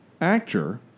actor